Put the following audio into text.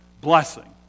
blessing